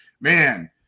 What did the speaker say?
man